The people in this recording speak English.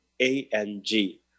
A-N-G